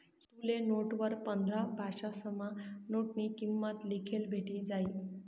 तुले नोटवर पंधरा भाषासमा नोटनी किंमत लिखेल भेटी जायी